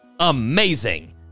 amazing